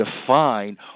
define